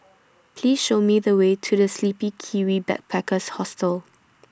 Please Show Me The Way to The Sleepy Kiwi Backpackers Hostel